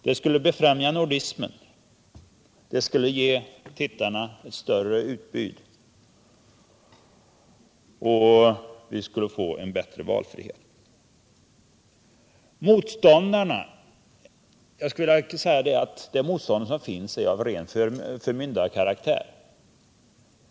Det skulle befrämja nordismen, ge tittarna ett större utbud och en större valfrihet. Jag skulle vilja säga att det motstånd som finns är av ren förmyndarkaraktär.